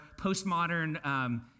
postmodern